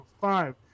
five